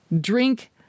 drink